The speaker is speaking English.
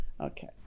Okay